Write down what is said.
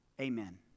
Amen